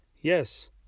Yes